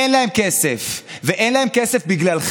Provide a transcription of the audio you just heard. אין להם כסף, ואין להם כסף בגללכם.